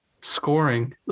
scoring